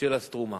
של "סטרומה".